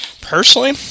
Personally